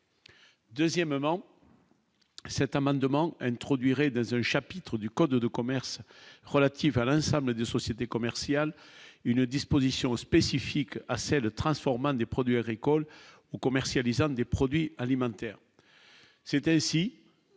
Deuxièmement, cet amendement introduirait dans un chapitre du code de commerce relative Alain-Sam mais de sociétés commerciales, une disposition spécifique à c'est le transformant des produits agricoles ou commercialisant des produits alimentaires. C'est ainsi